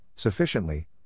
sufficiently